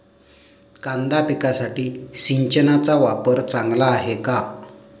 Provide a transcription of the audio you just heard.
कांदा पिकासाठी सिंचनाचा वापर चांगला आहे का?